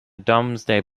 domesday